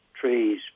trees